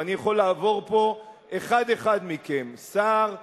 ואני יכול לעבור פה אחד אחד מכם, שר שר,